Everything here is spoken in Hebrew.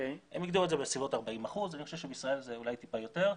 הם הגדירו את זה בסביבות 40%. אני חושב שבישראל זה אולי טיפה יותר.